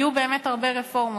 היו באמת הרבה רפורמות.